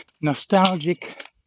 nostalgic